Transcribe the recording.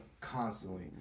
constantly